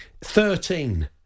Thirteen